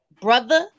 brother